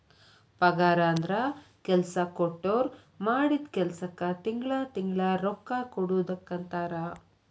ಪಗಾರಂದ್ರ ಕೆಲ್ಸಾ ಕೊಟ್ಟೋರ್ ಮಾಡಿದ್ ಕೆಲ್ಸಕ್ಕ ತಿಂಗಳಾ ತಿಂಗಳಾ ರೊಕ್ಕಾ ಕೊಡುದಕ್ಕಂತಾರ